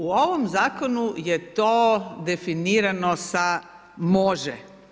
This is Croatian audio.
U ovom zakonu je to definirano sa može.